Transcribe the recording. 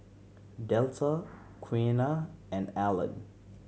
Delta Quiana and Allen